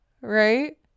Right